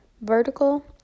vertical